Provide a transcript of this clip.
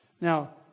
now